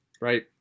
right